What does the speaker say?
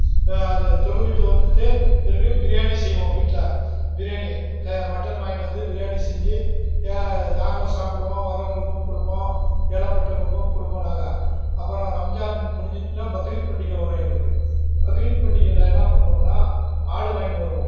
அது தொழுவிட்டு வந்துவிட்டு பிறகு பிரியாணி செய்வோம் வீட்டில் பிரியாணி க மட்டன் வாங்கின்னு வந்து பிரியாணி செஞ்சு நாங்களும் சாப்பிடுவோம் வரவங்களுக்கும் கொடுப்போம் ஏழப்பட்டவங்களுக்கும் கொடுப்போம் நாங்கள் அப்புறம் ரம்ஜான் முடிஞ்சிட்டுன்னா பக்ரீத் பண்டிகை வரும் எங்களுக்கு பக்ரீத் பண்டிகையில் என்ன பண்ணுவோம்ன்னா ஆடு வாங்கின்னு வருவோம்